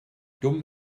dumm